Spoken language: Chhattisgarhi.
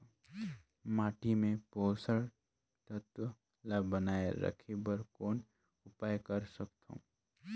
माटी मे पोषक तत्व ल बनाय राखे बर कौन उपाय कर सकथव?